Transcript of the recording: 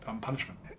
punishment